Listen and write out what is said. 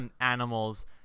animals